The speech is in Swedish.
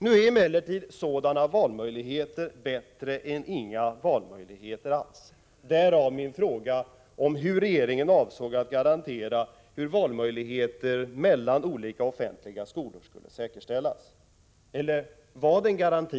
Nu är emellertid sådana valmöjligheter bättre än inga valmöjligheter alls; därav min fråga om hur regeringen avsåg att garantera att valmöjligheter mellan olika offentliga skolor skulle säkerställas. — Eller var det inte fråga om en garanti?